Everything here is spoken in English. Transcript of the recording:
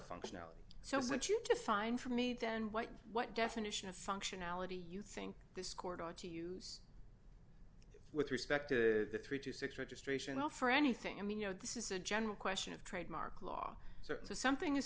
functionality so what you define for me then what what definition of functionality you think this court ought to you with respect to the three to six registration off or anything i mean you know this is a general question of trademark law certain so something is